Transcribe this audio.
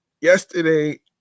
Yesterday